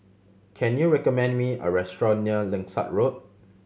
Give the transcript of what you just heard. can you recommend me a restaurant near Langsat Road